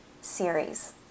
series